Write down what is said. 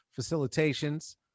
facilitations